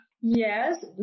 Yes